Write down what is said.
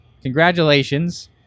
congratulations